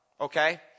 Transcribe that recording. okay